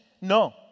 No